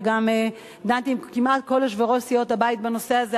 וגם דנתי עם כמעט כל יושבי-ראש סיעות הבית בנושא הזה,